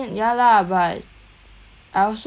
I also cause like one thing is